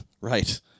right